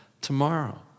tomorrow